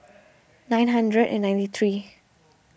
nine hundred and ninety three